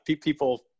people